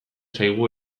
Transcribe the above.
zaigu